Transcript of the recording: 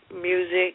music